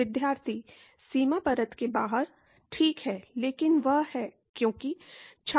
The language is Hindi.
विद्यार्थी सीमा परत के बाहर ठीक है लेकिन वह है क्योंकि